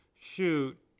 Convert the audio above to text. shoot